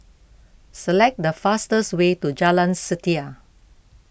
select the fastest way to Jalan Setia